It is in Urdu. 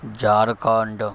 جھارکھنڈ